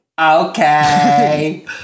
okay